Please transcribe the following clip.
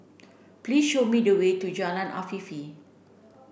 please show me the way to Jalan Afifi